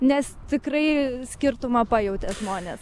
nes tikrai skirtumą pajautė žmonės